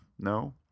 No